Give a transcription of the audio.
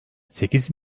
sekiz